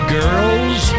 girls